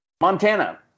Montana